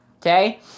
Okay